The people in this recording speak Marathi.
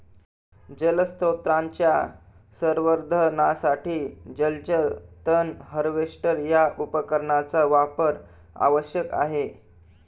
जलस्रोतांच्या संवर्धनासाठी जलचर तण हार्वेस्टर या उपकरणाचा वापर आवश्यक आहे